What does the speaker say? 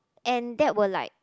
and that were like